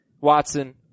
Watson